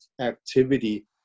activity